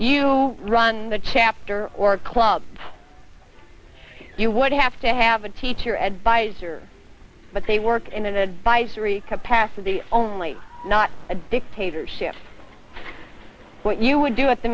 you run the chapter or club you would have to have a teacher advisor but they work in an advisory capacity only not a dictatorship what you would do at the